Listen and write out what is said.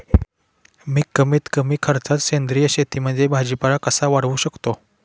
मी कमीत कमी खर्चात सेंद्रिय शेतीमध्ये भाजीपाला कसा वाढवू शकतो?